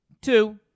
Two